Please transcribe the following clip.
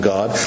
God